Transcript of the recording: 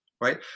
right